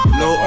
no